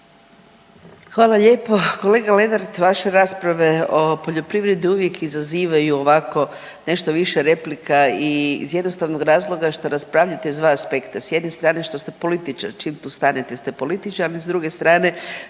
Hvala lijepo. Kolega Lenart vaše rasprave o poljoprivredi uvijek izazivaju ovako nešto više replika i iz jednostavnog razloga što raspravljate iz dva aspekta. S jedne strane što ste političar, čim tu stanete ste političar, ali s druge strane